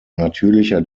natürlicher